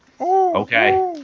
Okay